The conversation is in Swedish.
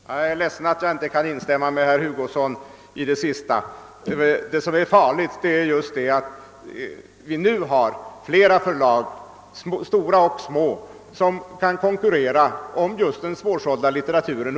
Herr talman! Jag är ledsen att jag inte kan instämma med herr Hugosson på den sista punkten i hans anförande. Vad som är farligt är att vi nu har flera förlag, stora och små, som, hur underligt det än låter, kan konkurrera om just den svårsålda litteraturen.